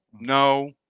no